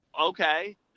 okay